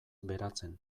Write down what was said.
beratzen